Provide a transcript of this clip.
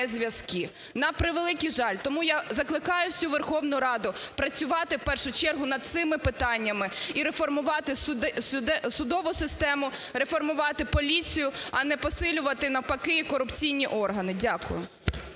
зв'язки. На превеликий жаль. Тому я закликаю всю Верховну Раду працювати, в першу чергу, над цими питаннями і реформувати судову систему, реформувати поліцію, а не посилювати, навпаки, корупційні органи. Дякую.